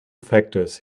factors